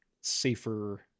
safer